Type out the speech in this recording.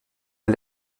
der